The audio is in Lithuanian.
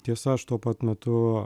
tiesa aš tuo pat metu